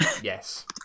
yes